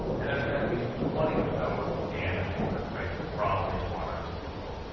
and there's been at least twenty or so damaging earthquakes from wastewater disposal.